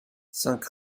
cinq